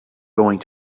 going